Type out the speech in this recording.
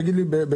תגיד לי בגדול,